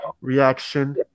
reaction